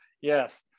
Yes